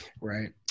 Right